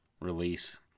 release